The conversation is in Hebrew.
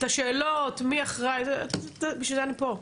את השאלות מי אחראי, בשביל זה אני פה.